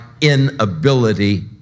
inability